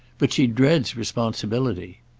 but she dreads responsibility.